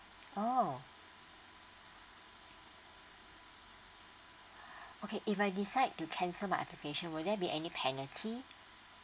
oh okay if I decide to cancel my application will there be any penalty